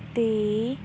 ਦੇ